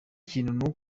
kintu